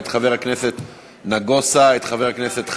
את חבר הכנסת נגוסה ואת חבר הכנסת חזן.